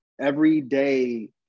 everyday